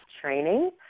training